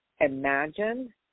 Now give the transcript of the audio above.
Imagine